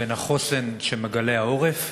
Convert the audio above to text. בין החוסן שמגלה העורף,